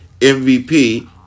MVP